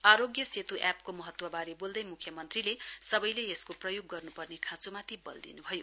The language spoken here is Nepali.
आरोग्य सेतू एपीपी को महत्त्वबारे बोल्दै मुख्यमन्त्रीले सबैले यसको प्रयोग गर्नुपर्ने खाँचोमाथि बल दिनुभयो